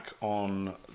on